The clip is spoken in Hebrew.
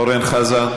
אורן חזן,